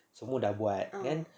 semua dah buat kan